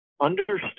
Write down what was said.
understood